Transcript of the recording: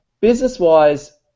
business-wise